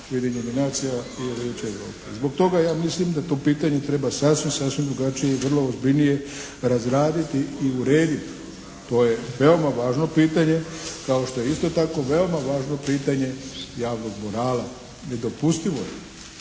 Zbog toga ja mislim da to pitanje treba sasvim, sasvim drugačije i vrlo ozbiljnije razraditi i urediti. To je veoma važno pitanje kao što je isto tako veoma važno pitanje javnog morala. Nedopustivo je